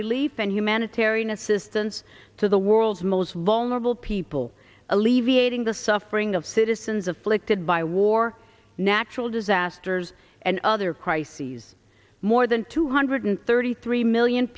relief and humanitarian assistance to the world's most vulnerable people alleviating the suffering of citizens afflicted by war natural disasters and other crises more than two hundred thirty three million